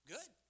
Good